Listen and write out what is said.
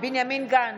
בנימין גנץ,